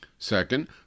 Second